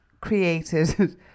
created